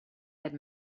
had